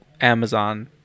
Amazon